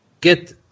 get